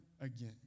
again